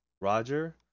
Roger